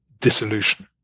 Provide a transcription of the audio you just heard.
dissolution